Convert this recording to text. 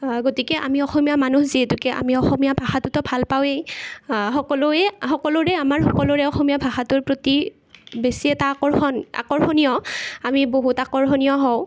গতিকে আমি অসমীয়া মানুহ যিহেতুকে আমি অসমীয়া ভাষাটোতো ভাল পাওঁৱেই সকলোৱেই সকলোৰে আমাৰ সকলোৰে আমাৰ অসমীয়া ভাষাটোৰ প্ৰতি বেছি এটা আকৰ্ষণ আকৰ্ষণীয় আমি বহুত আকৰ্ষণীয় হওঁ